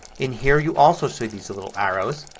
in here you also see these little arrows.